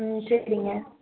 ம் சரிங்க